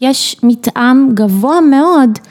‫יש מטעם גבוה מאוד.